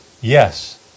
Yes